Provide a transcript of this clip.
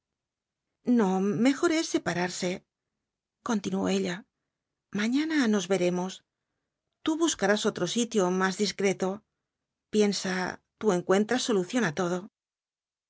no mejor es separarse continuó ella mañana nos veremos tú buscarás otro sitio más discreto piensa tú encuentras solución á todo